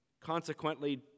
Consequently